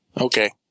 Okay